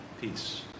Peace